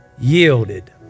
yielded